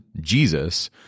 Jesus